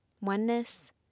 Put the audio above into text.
oneness